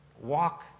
walk